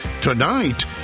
Tonight